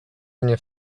mnie